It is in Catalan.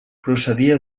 procedia